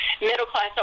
middle-class